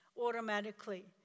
automatically